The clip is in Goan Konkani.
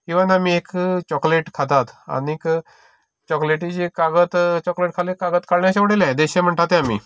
इवन आमी चोकलेट खातात आनीक चोकलेटिचें कागद चोकलेट खालें कागद उडयलें देशी म्हणटात ते आमी